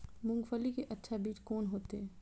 मूंगफली के अच्छा बीज कोन होते?